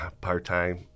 part-time